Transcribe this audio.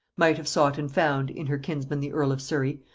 might have sought and found, in her kinsman the earl of surry,